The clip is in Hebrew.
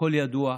הכול ידוע,